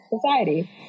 society